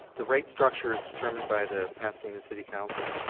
the right structure is determined by the pasadena city counsel.